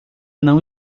não